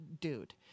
dude